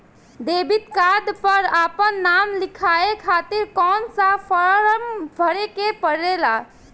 Debit card पर आपन नाम लिखाये खातिर कौन सा फारम भरे के पड़ेला?